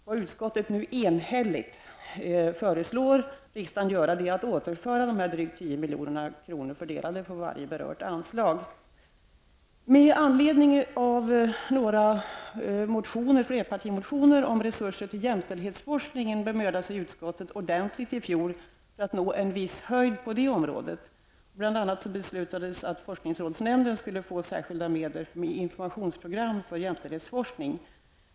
Vad utskottet nu enhälligt föreslår riksdagen göra är att återföra dessa drygt Med anledning av några flerpartimotioner om resurser till jämställdhetsforskning bemödade sig utskottet ordentligt i fjol för att nå en viss höjd på det området. Bl.a. beslutades att forskningsrådsnämnden skulle få särskilda medel till informationsprogram för jämställdhetsforskning.